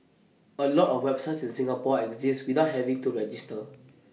A lot of websites in Singapore exist without having to register